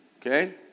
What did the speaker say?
Okay